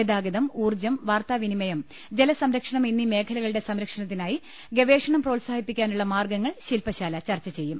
ഗതാഗതം ഊർജ്ജം വാർത്താവിനിമയം ജലസംരക്ഷണം എന്നീ മേഖലകളുടെ സംരക്ഷണത്തിനായി ഗവേഷണം പ്രോത്സാഹിപ്പി ക്കാനുള്ള മാർഗ്ഗങ്ങൾ ശില്പശാല ചർച്ച ചെയ്യും